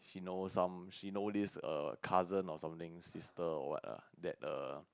she know some she know this err cousin or something sister or what ah that err